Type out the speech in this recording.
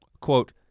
quote